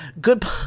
Goodbye